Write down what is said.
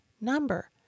number